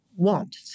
want